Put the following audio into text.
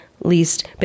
least